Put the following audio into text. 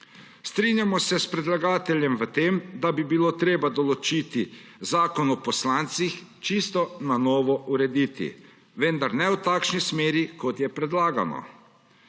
Strinjamo se s predlagateljem v tem, da bi bilo treba zakon o poslancih čisto na novo urediti. Vendar ne v takšni smeri, kot je predlagano.